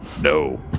no